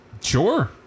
Sure